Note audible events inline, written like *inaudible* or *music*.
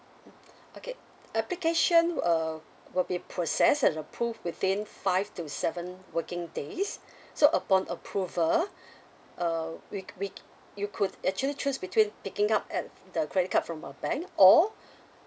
mm okay application uh will be process and approve within five to seven working days *breath* so upon approval *breath* uh we we you could actually choose between picking up at the credit card from a bank or